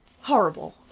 horrible